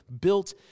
built